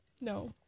No